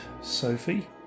Sophie